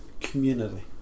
Community